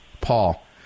Paul